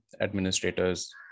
administrators